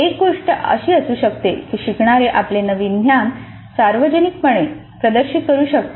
एक गोष्ट अशी असू शकते की शिकणारे आपले नवीन ज्ञान सार्वजनिकपणे प्रदर्शित करू शकतात